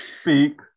speak